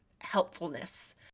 helpfulness